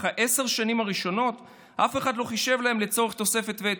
אך את עשר השנים הראשונות אף אחד לא חישב להם לצורך תוספת ותק.